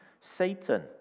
Satan